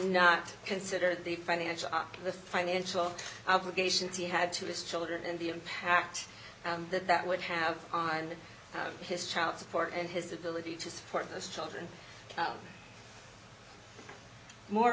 not consider the financial the financial obligations he had to his children and the impact that that would have on his child support and his ability to support his children more